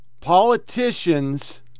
politicians